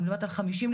אני יודעת על 50,